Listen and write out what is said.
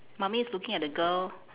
mummy is looking at the girl